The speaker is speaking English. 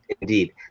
indeed